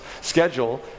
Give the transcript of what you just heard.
schedule